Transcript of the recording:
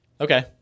Okay